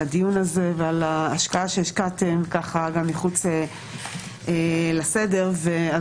הדיון הזה ועל ההשקעה שהשקעתם מחוץ לסדר היום.